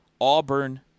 Auburn